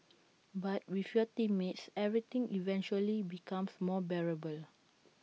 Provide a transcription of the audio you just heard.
but with your teammates everything eventually becomes more bearable